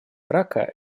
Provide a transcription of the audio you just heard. рака